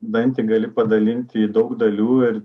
dantį gali padalinti į daug dalių ir